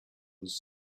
was